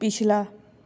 ਪਿਛਲਾ